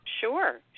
Sure